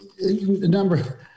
number